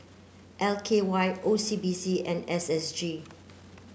L K Y O C B C and S S G